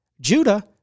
Judah